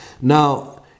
Now